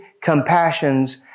compassions